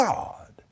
God